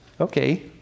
okay